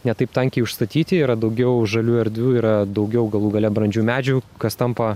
ne taip tankiai užstatyti yra daugiau žalių erdvių yra daugiau galų gale brandžių medžių kas tampa